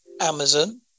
Amazon